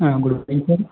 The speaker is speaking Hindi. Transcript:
हाँ गुड मोर्निंग सर